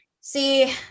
See